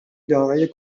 دارای